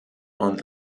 und